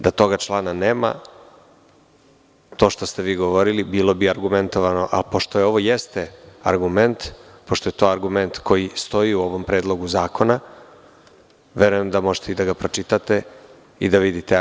Da toga člana nema, to što ste vi govorili, bilo bi argumentovano, a pošto ovo jeste argument, pošto je to argument koji stoji u ovom predlogu zakona, verujem da možete da ga pročitate i da vidite.